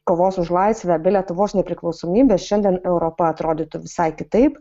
kovos už laisvę be lietuvos nepriklausomybės šiandien europa atrodytų visai kitaip